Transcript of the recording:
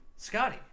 Scotty